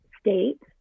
state